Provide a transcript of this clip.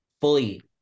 fully